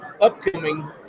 upcoming